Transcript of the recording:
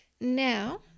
Now